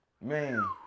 man